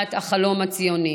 הגשמת החלום הציוני.